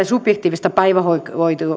subjektiivista päivähoito